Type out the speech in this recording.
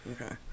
okay